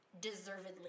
Deservedly